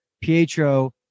Pietro